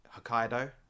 Hokkaido